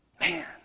Man